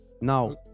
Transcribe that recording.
Now